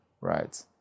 right